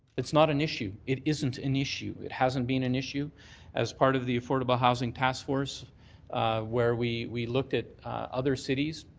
it's not an issue. it isn't an issue. it hasn't been an issue as part of the affordable housing taskforce where we we looked at other cities.